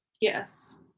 Yes